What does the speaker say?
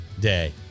Day